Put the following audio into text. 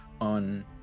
on